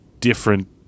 different